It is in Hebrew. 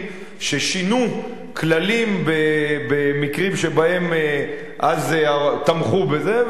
ששינו כללים במקרים שבהם אז תמכו בזה,